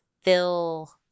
fill